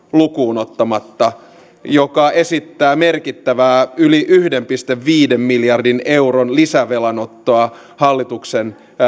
lukuun ottamatta vasemmistoliittoa joka esittää merkittävää yli yhden pilkku viiden miljardin euron lisävelan ottoa hallituksen